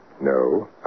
No